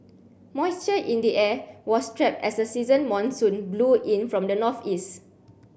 moisture in the air was trapped as a season monsoon blew in from the northeast